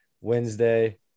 Wednesday